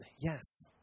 yes